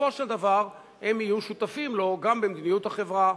ובסופו של דבר הם יהיו שותפים לו גם במדיניות החברה.